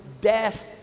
death